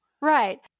Right